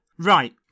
Right